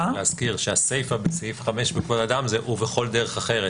להזכיר שהסיפה בסעיף 5 בכבוד האדם זה: "ובכל דרך אחרת",